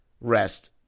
rest